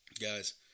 Guys